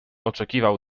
oczekiwał